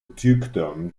dukedom